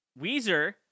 Weezer